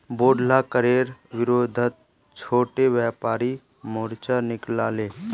बोढ़ला करेर विरोधत छोटो व्यापारी मोर्चा निकला ले